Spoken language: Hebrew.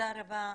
תודה רבה,